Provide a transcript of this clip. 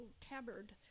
tabard